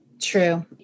True